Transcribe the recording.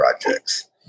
projects